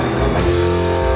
do